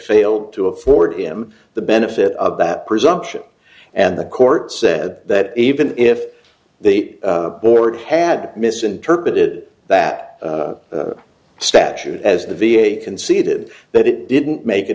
failed to afford him the benefit of that presumption and the court said that even if the board had misinterpreted that statute as the v a conceded that it didn't make a